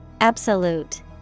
Absolute